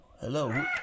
Hello